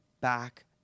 back